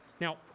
Now